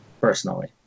personally